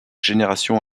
génération